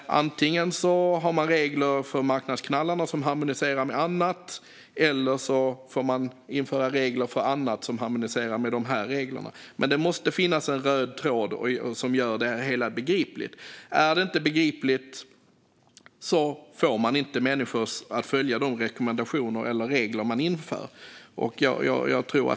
Antingen finns regler för marknadsknallarna som harmonierar med annat eller så får man införa regler för annat som harmonierar med dessa regler. Men det måste finnas en röd tråd som gör det hela begripligt. Är det inte begripligt får man inte människor att följa de rekommendationer eller regler man står inför.